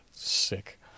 Sick